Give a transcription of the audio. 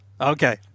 Okay